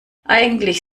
eigentlich